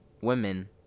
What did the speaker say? women